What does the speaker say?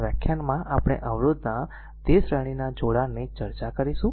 તેથી આ વ્યાખ્યાનમાં આપણે અવરોધના તે શ્રેણીના જોડાણની ચર્ચા કરીશું